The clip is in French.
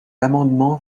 amendement